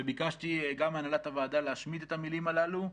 וביקשתי גם מהנהלת הוועדה להשמיט את המילים הללו.